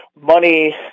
money